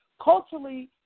culturally